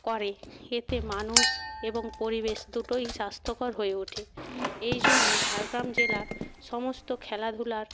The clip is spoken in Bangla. করে এতে মানুষ এবং পরিবেশ দুটোই স্বাস্থ্যকর হয়ে ওঠে এই জন্য ঝাড়গ্রাম জেলার সমস্ত খেলাধূলার